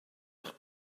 eich